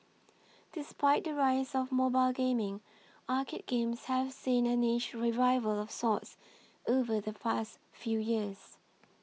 despite the rise of mobile gaming arcade games have seen a niche revival of sorts over the past few years